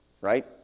right